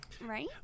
Right